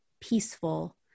peaceful